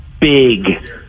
big